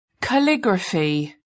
calligraphy